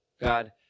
God